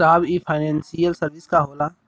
साहब इ financial service का होला?